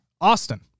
Austin